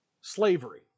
Slavery